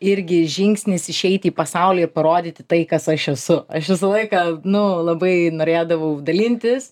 irgi žingsnis išeiti į pasaulį ir parodyti tai kas aš esu aš visą laiką nu labai norėdavau dalintis